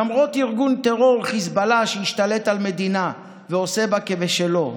למרות ארגון הטרור חיזבאללה שהשתלט על המדינה ועושה בה כבשלו.